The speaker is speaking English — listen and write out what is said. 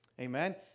Amen